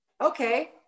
okay